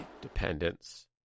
dependence